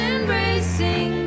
Embracing